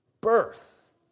birth